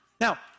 Now